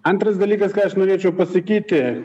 antras dalykas ką aš norėčiau pasakyti